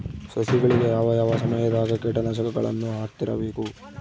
ಸಸಿಗಳಿಗೆ ಯಾವ ಯಾವ ಸಮಯದಾಗ ಕೇಟನಾಶಕಗಳನ್ನು ಹಾಕ್ತಿರಬೇಕು?